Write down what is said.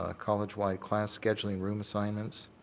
ah college-wide class scheduling room assignments,